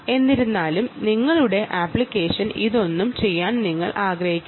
എന്നിരുന്നാലും നിങ്ങളുടെ അപ്ലിക്കേഷൻ ഇതൊന്നും ചെയ്യാൻ നിങ്ങളെ അനുവധിക്കില്ല